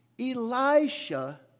Elisha